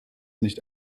nicht